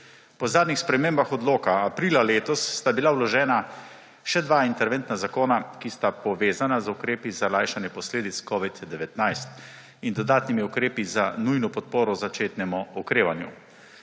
Po zadnjih spremembah odloka, aprila letos, sta bila vložena še dva interventna zakona, ki sta povezana z ukrepi za lajšanje posledic covida-19 in dodatnimi ukrepi za nujno podporo začetnemu okrevanju.